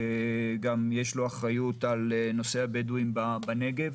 יש לו אחריות על נושא הבדואים בנגב,